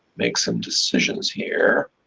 make some decisions here.